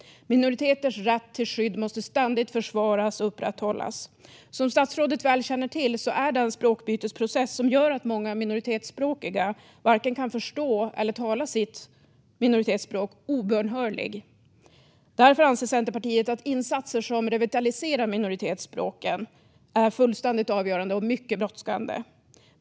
Minoriteters rätt till skydd måste ständigt försvaras och upprätthållas. Som statsrådet väl känner till är den språkbytesprocess som gör att många minoritetsspråkiga varken kan förstå eller tala sitt minoritetsspråk obönhörlig. Därför anser Centerpartiet att insatser som revitaliserar minoritetsspråken är fullständigt avgörande och mycket brådskande.